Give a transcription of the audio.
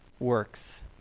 works